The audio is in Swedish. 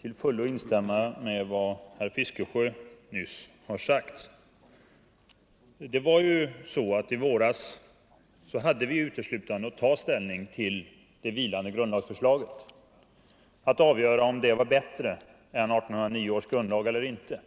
till fullo instämma i vad herr Fiskesjö nyss sagt. I våras hade vi uteslutande att ta ställning till det vilande grundlagsförslaget och avgöra om det var bättre än 1809 års grundlagar eller inte.